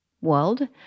world